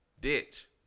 Ditch